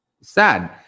Sad